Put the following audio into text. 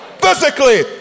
physically